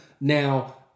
now